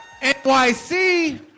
NYC